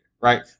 Right